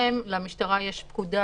למשטרה יש פקודה